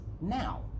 now